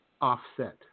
offset